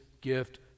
gift